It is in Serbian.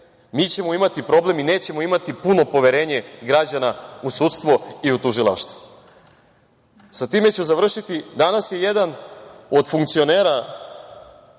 mi ćemo imati problem i nećemo imati puno poverenje građana u sudstvo i u tužilaštvo. Sa time ću završiti. Danas je jedan od funkcionera